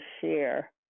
share